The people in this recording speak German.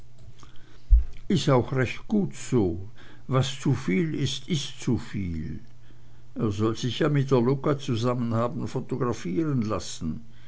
is auch recht gut so was zuviel ist ist zuviel er soll sich ja mit der lucca zusammen haben photographieren lassen